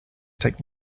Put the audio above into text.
take